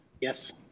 Yes